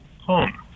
home